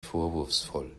vorwurfsvoll